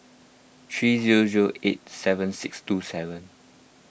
three zero zero eight seven six two seven